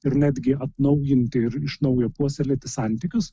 ir netgi atnaujinti ir iš naujo puoselėti santykius